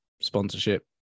sponsorship